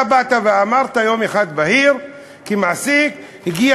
אתה באת ואמרת שיום בהיר אחד כמעסיק הגיע